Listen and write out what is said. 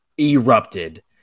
erupted